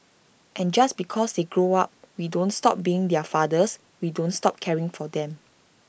and just because they grow up we don't stop being their fathers we don't stop caring for them